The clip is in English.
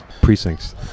Precincts